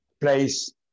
place